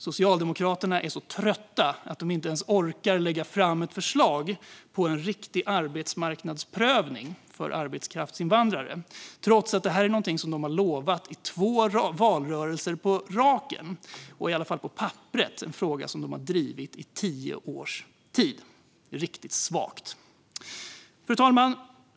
Socialdemokraterna är så trötta att de inte ens orkar lägga fram ett förslag på en riktig arbetsmarknadsprövning för arbetskraftsinvandrare trots att detta är någonting som de har lovat i två valrörelser på raken och, i alla fall på papperet, en fråga som de har drivit i tio års tid. Riktigt svagt! Fru talman!